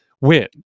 win